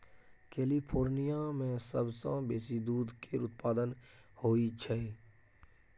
California मे सबसँ बेसी दूध केर उत्पाद होई छै